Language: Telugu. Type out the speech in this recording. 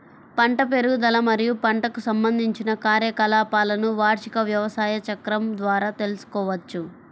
పంట పెరుగుదల మరియు పంటకు సంబంధించిన కార్యకలాపాలను వార్షిక వ్యవసాయ చక్రం ద్వారా తెల్సుకోవచ్చు